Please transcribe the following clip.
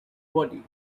body